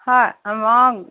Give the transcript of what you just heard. হয়